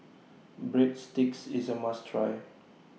Breadsticks IS A must Try